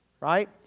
Right